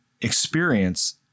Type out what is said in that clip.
experience